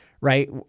right